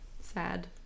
Sad